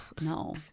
No